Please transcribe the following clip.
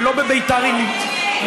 ולא בבית"ר עילית.